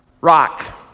rock